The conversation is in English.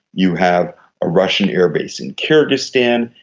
you have a russian airbase in kurdistan,